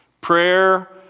Prayer